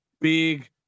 big